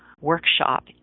workshop